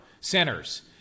centers